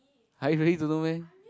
har you really don't know meh